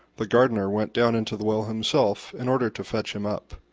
the gardener went down into the well himself in order to fetch him up.